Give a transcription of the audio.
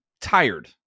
tired